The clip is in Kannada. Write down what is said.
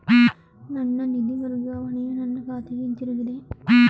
ನನ್ನ ನಿಧಿ ವರ್ಗಾವಣೆಯು ನನ್ನ ಖಾತೆಗೆ ಹಿಂತಿರುಗಿದೆ